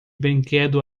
brinquedo